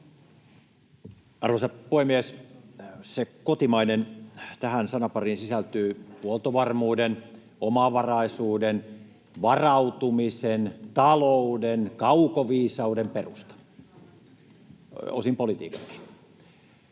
Arvoisa puhemies! ”Se kotimainen” — tähän sanapariin sisältyy huoltovarmuuden, omavaraisuuden, varautumisen, talouden, kaukoviisauden perusta, osin politiikankin.